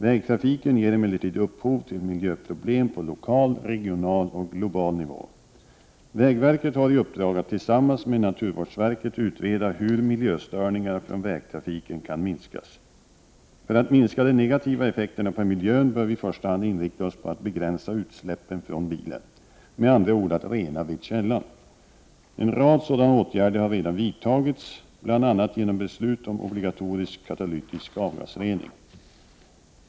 Vägtrafiken ger emellertid upphov till miljöproblem på lokal, regional och global nivå. Vägverket har i uppdrag att tillsammans med naturvårdsverket utreda hur miljöstörningarna från vägtrafiken kan minskas. För att minska de negativa effekterna på miljön bör vi i första hand inrikta oss på att begränsa utsläppen från bilen, med andra ord att rena vid källan. En rad sådana åtgärder har redan vidtagits bl.a. genom beslut om obligatorisk katalytisk avgasrening.